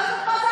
הם שטופי מוח.